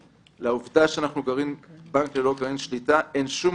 לעובדה שאנחנו בנק ללא גרעין שליטה אין שום